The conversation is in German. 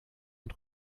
und